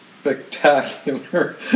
spectacular